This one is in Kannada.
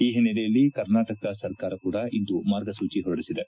ಈ ಹಿನ್ನೆಲೆಯಲ್ಲಿ ಕರ್ನಾಟಕ ಸರ್ಕಾರ ಕೂಡ ಇಂದು ಮಾರ್ಗಸೂಚಿ ಹೊರಡಿಸಿದೆ